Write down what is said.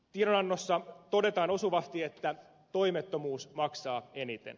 tiedonannossa todetaan osuvasti että toimettomuus maksaa eniten